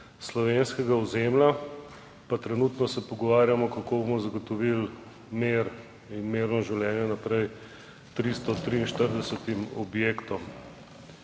slovenskega ozemlja. Pa trenutno se pogovarjamo, kako bomo zagotovili mir in mirno življenje naprej 343 objektom,